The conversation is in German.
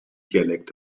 dialekt